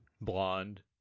Blonde